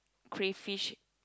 crayfish